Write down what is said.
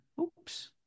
oops